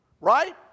Right